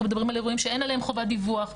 אנחנו מדברים על אירועים שאין עליהם חובת דיווח,